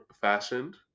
fashioned